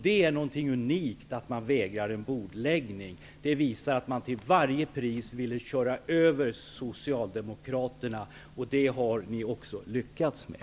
Det är något unikt att vägra bordläggning. Det visar att ni till varje pris ville köra över Socialdemokraterna. Det har ni lyckats med.